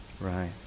right